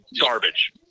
garbage